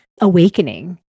awakening